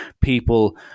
People